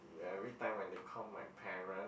every time when they call my parents